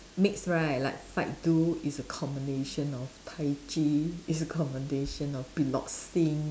mix right like fight do is a combination of Tai Chi it's a combination of Piloxing